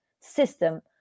system